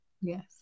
Yes